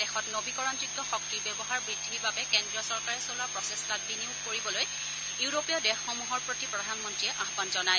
দেশত নবীকৰণযোগ্য শক্তিৰ ব্যৱহাৰ বৃদ্ধিৰ বাবে কেন্দ্ৰীয় চৰকাৰে চলোৱা প্ৰচেষ্টাত বিনিয়োগ কৰিবলৈ ইউৰোপীয় দেশসমূহৰ প্ৰতি প্ৰধানমন্ত্ৰীয়ে আহবান জনায়